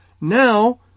Now